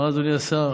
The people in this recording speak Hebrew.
לוועדת כספים.